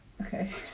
Okay